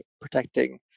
protecting